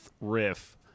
riff—